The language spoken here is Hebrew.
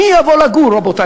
מי יבוא לגור, רבותי?